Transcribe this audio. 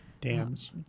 Dams